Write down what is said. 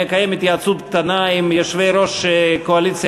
אני אקיים התייעצות קטנה עם יושב-ראש הקואליציה